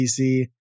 PC